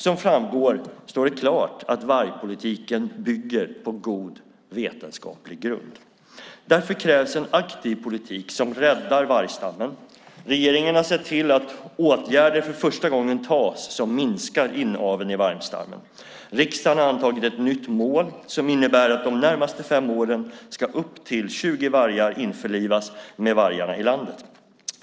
Som framgår står det klart att vargpolitiken bygger på god vetenskaplig grund. Därför krävs en aktiv politik som räddar vargstammen. Regeringen har sett till att åtgärder för första gången vidtas som minskar inaveln i vargstammen. Riksdagen har antagit ett nytt mål som innebär att de närmaste fem åren ska upp till 20 vargar införlivas med vargarna i landet.